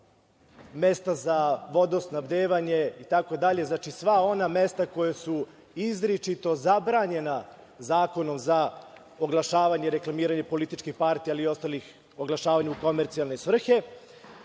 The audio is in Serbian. mesta za vodosnabdevanje, itd, znači sva ona mesta koja su izričito zabranjena Zakonom za oglašavanje i reklamiranje političkih partija, ali i ostalih oglašavanja u komercijalne svrhe